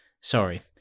sorry